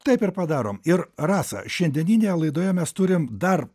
taip ir padarom ir rasa šiandieninėje laidoje mes turime dar